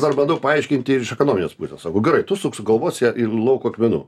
dar bandau paaiškinti ir iš ekonominės pusės sakau gerai tu sugalvosi ir lauko akmenų